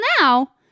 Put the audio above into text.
now